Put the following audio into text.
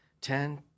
ten